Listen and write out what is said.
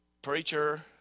Preacher